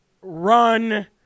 run